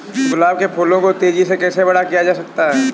गुलाब के फूलों को तेजी से कैसे बड़ा किया जा सकता है?